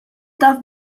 taf